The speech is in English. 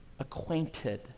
acquainted